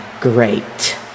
great